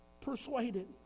persuaded